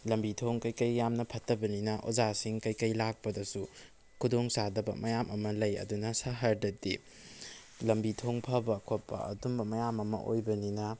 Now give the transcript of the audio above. ꯂꯝꯕꯤ ꯊꯣꯡ ꯀꯩ ꯀꯩ ꯌꯥꯝꯅ ꯐꯠꯇꯕꯅꯤꯅ ꯑꯣꯖꯥꯁꯤꯡ ꯀꯩ ꯀꯩ ꯂꯥꯛꯄꯗꯁꯨ ꯈꯨꯗꯣꯡ ꯆꯥꯗꯕ ꯃꯌꯥꯝ ꯑꯃ ꯂꯩ ꯑꯗꯨꯅ ꯁꯍ꯭ꯔꯗꯗꯤ ꯂꯃꯕꯤ ꯊꯣꯡ ꯐꯕ ꯈꯣꯠꯄ ꯑꯗꯨꯝꯕ ꯃꯌꯥꯝ ꯑꯃ ꯑꯣꯏꯕꯅꯤꯅ